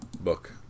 book